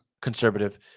conservative